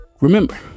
remember